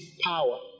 power